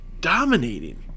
dominating